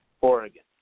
Oregon